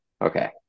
Okay